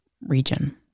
region